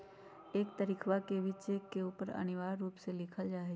एक तारीखवा के भी चेक के ऊपर अनिवार्य रूप से लिखल जाहई